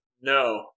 No